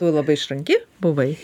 tu labai išranki buvai